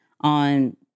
on